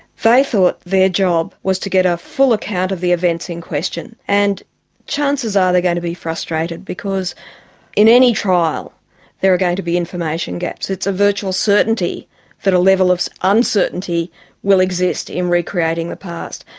they thought their job was to get a full account of the events in question. and chances are ah they are going to be frustrated because in any trial there are going to be information gaps. it's a virtual certainty that a level of uncertainty will exist in recreating the past,